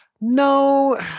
no